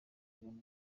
igihano